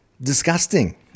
disgusting